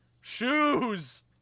shoes